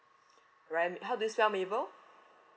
ry~ how do you spell mable